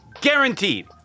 guaranteed